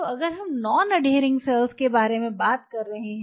तो अगर हम नॉन अडहियरिंग सेल्स के बारे में बात कर रहे हैं